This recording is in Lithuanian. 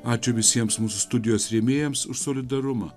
ačiū visiems mūsų studijos rėmėjams už solidarumą